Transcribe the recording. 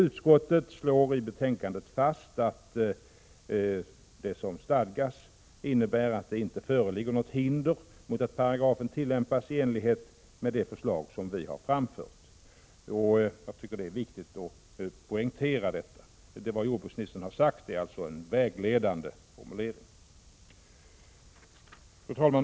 Utskottet slår i betänkandet fast att det som anförs inte innebär något hinder mot att paragrafen tillämpas i enlighet med det förslag som vi har framfört. Det är viktigt att poängtera. Det jordbruksministern har sagt är vägledande.